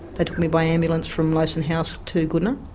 but took me by ambulance from lowson house to goodna,